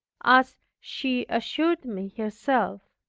as she assured me herself.